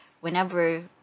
whenever